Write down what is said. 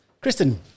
Kristen